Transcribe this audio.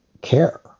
care